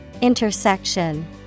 Intersection